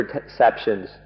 perceptions